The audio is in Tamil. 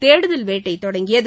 தேடுதல் வேட்டை தொடங்கியது